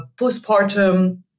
postpartum